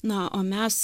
na o mes